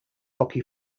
hockey